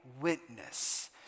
witness